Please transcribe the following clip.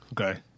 Okay